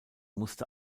musste